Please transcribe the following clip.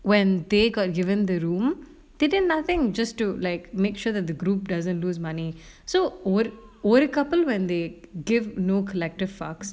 when they got given the room they did nothing just to like make sure that the group doesn't lose money so would would couple when they give no collective fucks